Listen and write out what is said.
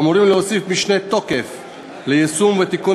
אמורים להוסיף משנה-תוקף ליישום ותיקון